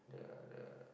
the the